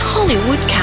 Hollywood